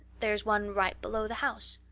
there's one right below the house.